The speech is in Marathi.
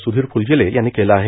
स्धीर फ्लझेले यांनी दिली आहे